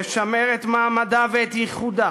לשמר את מעמדה ואת ייחודה,